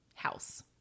house